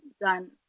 done